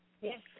Yes